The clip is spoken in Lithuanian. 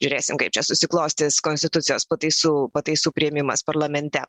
žiūrėsim kaip čia susiklostys konstitucijos pataisų pataisų priėmimas parlamente